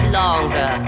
longer